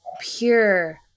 pure